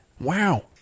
Wow